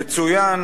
יצוין